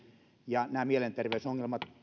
ja nämä mielenterveysongelmat